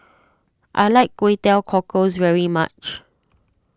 I like Kway Teow Cockles very much